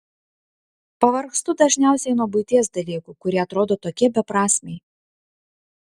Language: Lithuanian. pavargstu dažniausiai nuo buities dalykų kurie atrodo tokie beprasmiai